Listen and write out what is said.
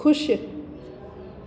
खुश